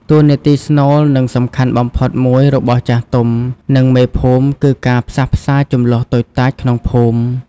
តួនាទីស្នូល និងសំខាន់បំផុតមួយរបស់ចាស់ទុំ និងមេភូមិគឺការផ្សះផ្សាជម្លោះតូចតាចក្នុងភូមិ។